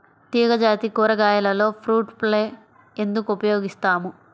తీగజాతి కూరగాయలలో fruit fly ఎందుకు ఉపయోగిస్తాము?